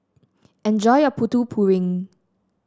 enjoy your Putu Piring